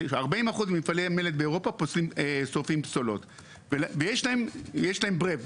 40 אחוז ממפעלי המלט באירופה שורפים פסולות ויש להם BREF,